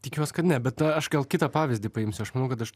tikiuos kad ne bet aš gal kitą pavyzdį paimsiu aš manau kad aš